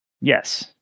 Yes